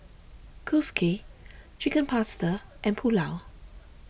Kulfi Chicken Pasta and Pulao